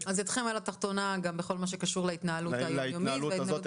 אז ידכם על התחתונה גם בכל הקשור להתנהלות היום-יומית ולמשא ומתן.